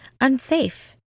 unsafe